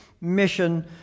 mission